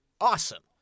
awesome